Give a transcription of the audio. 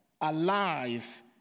alive